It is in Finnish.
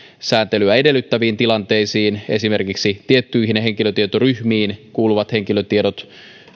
sääntelyä edellyttäviin tilanteisiin esimerkiksi tiettyihin henkilötietoryhmiin kuuluvat henkilötiedot